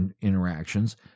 interactions